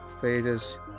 phases